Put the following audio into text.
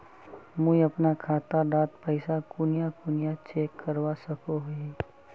मुई अपना खाता डात पैसा कुनियाँ कुनियाँ चेक करवा सकोहो ही?